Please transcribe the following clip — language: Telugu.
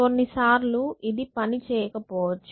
కొన్నిసార్లు ఇది పని చేయకపోవచ్చు